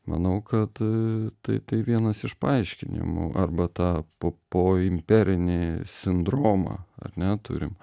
manau kad tai tai vienas iš paaiškinimų arba tą po po imperinį sindromą ar ne turim